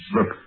Look